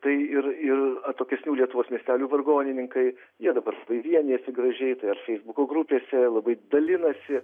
tai ir ir atokesnių lietuvos miestelių vargonininkai jie dabar vienijasi gražiai tai ar feisbuko grupėse labai dalinasi